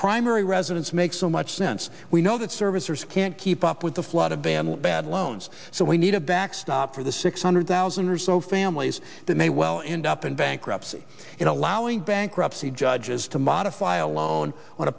primary residence makes so much sense we know that servicers can't keep up with the flood of damn bad loans so we need a backstop for the six hundred thousand or so families that may well end up in bankruptcy in allowing bankruptcy judges to modify a lo